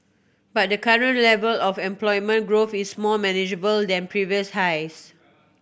but the current level of employment growth is more manageable than previous highs